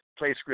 PlayScript